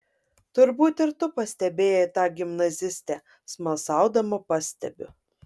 turbūt ir tu pastebėjai tą gimnazistę smalsaudama pastebiu